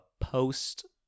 post-